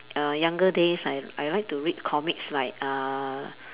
uh younger days I I like to read comics like uh